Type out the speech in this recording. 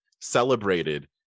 celebrated